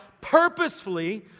purposefully